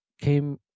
came